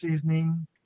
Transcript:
seasoning